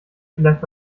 vielleicht